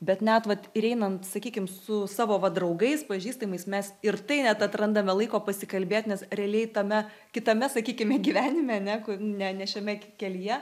bet net vat ir einant sakykim su savo va draugais pažįstamais mes ir tai net atrandame laiko pasikalbėti nes realiai tame kitame sakykime gyvenime ane ne ne šiame kelyje